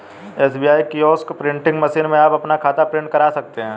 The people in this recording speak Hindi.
एस.बी.आई किओस्क प्रिंटिंग मशीन में आप अपना खाता प्रिंट करा सकते हैं